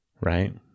right